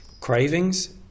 cravings